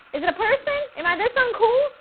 is it a person um i this un-cool?